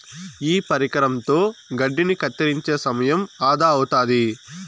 ఈ పరికరంతో గడ్డిని కత్తిరించే సమయం ఆదా అవుతాది